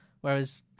Whereas